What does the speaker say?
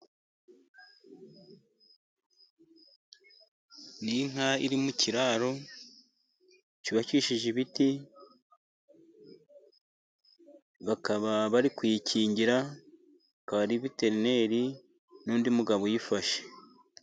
Ni inka iri mu kiraro cyubakishije ibiti, bakaba bari kuyikingira, akaba ari veterineri n'undi mugabo uyifashe.